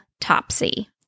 Topsy